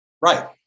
Right